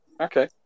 Okay